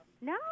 No